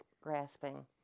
grasping